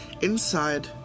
Inside